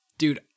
Dude